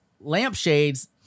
lampshades